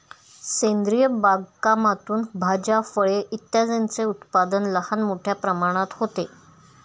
सेंद्रिय बागकामातून भाज्या, फळे इत्यादींचे उत्पादन लहान मोठ्या प्रमाणात होते